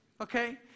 Okay